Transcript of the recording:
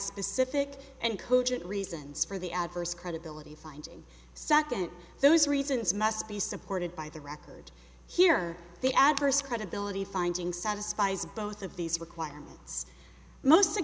specific and cogent reasons for the adverse credibility finding second those reasons must be supported by the record here the adverse credibility finding satisfies both of these requirements most